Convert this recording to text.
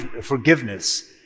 forgiveness